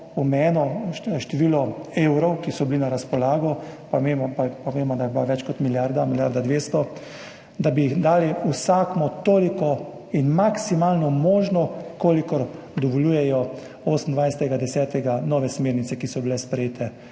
omejeno število evrov, ki so bili na razpolago, pa vemo, da je bila več kot milijarda, milijarda 200, dali vsakemu toliko in maksimalno možno, kolikor od 28. 10. dovoljujejo nove smernice, ki so bile sprejete